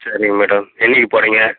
சரிங்க மேடம் என்னைக்கி போகிறீங்க